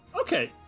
Okay